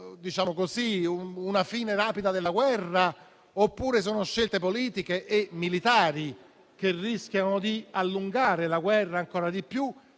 favorendo una fine rapida della guerra? O sono scelte politiche e militari che rischiano di allungare la guerra ancora di più